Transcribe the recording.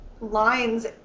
Lines